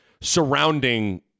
surrounding